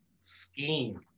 scheme